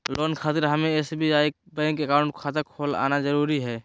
Loan खातिर हमें SBI bank account खाता खोल आना जरूरी है?